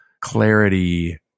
clarity